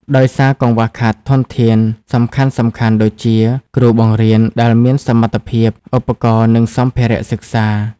ដោយសារកង្វះខាតធនធានសំខាន់ៗដូចជា គ្រូបង្រៀនដែលមានសមត្ថភាព ឧបករណ៍ និងសម្ភារៈសិក្សា។